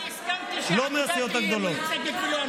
אני הסכמתי שהעבודה תהיה מיוצגת, ולא אנחנו.